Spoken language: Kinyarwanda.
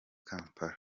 kampala